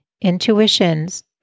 intuitions